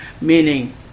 Meaning